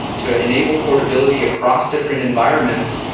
to enable portability across different environments,